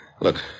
Look